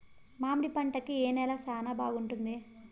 మామిడి పంట కి ఏ నేల చానా బాగుంటుంది